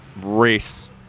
race